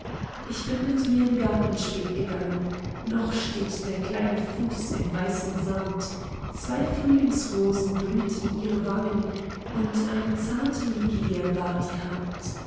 ich bin mit ihr im garten spät gegangen noch steht der kleine fuß im weißen sand zwei frühlingsrosen blühten ihre wangen und eine zarte lilie war die hand